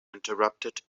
interrupted